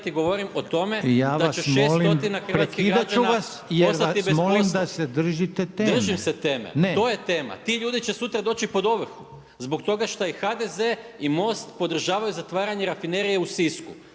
jer vas molim da se držite teme./… Držim se teme. To je tema. Ti ljudi će sutra doći pod ovrhu, zbog toga što i HDZ i MOST podržavaju zatvaranje Rafinerije u Sisku.